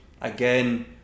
again